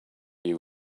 you